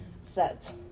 set